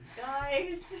Guys